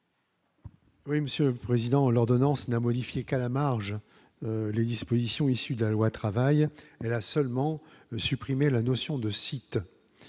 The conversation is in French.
Oui, Monsieur le Président, l'ordonnance n'a modifié qu'à la marge les dispositions issues de la loi travail mais là seulement supprimer la notion de sites